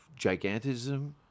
gigantism